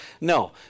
No